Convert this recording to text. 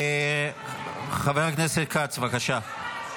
חבר הכנסת כץ, בבקשה.